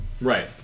Right